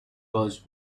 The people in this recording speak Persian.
عاج